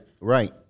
right